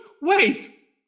Wait